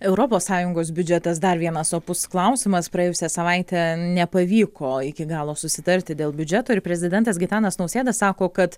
europos sąjungos biudžetas dar vienas opus klausimas praėjusią savaitę nepavyko iki galo susitarti dėl biudžeto ir prezidentas gitanas nausėda sako kad